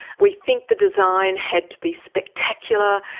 we think the design had to be spectacular.